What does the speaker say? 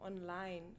online